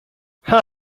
cha